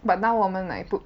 but now 我们 like 不